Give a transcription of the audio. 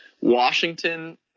Washington